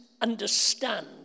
understand